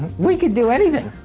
we could do anything.